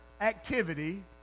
activity